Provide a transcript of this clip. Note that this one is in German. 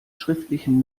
schriftlichen